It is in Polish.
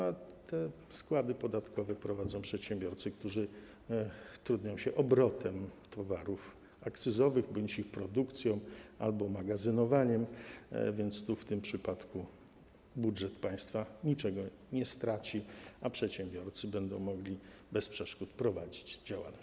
A te składy podatkowe prowadzą przedsiębiorcy, którzy trudnią się obrotem towarów akcyzowych bądź ich produkcją albo magazynowaniem, więc w tym przypadku budżet państwa niczego nie straci, a przedsiębiorcy będą mogli bez przeszkód prowadzić działalność.